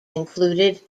included